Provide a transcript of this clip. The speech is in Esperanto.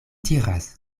diras